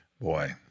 Boy